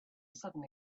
sudden